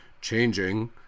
changing